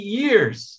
years